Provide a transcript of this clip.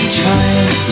trying